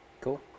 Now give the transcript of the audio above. Cool